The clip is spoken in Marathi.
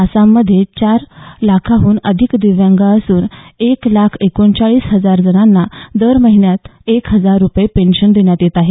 आसाममध्ये चार लाखांहून अधिक दिव्यांग असून एक लाख एकोणचाळीस हजार जणांना दर महिन्याला एक हजार रुपये पेन्शन देण्यात येत आहे